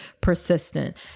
persistent